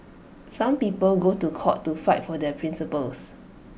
some people go to court to fight for their principles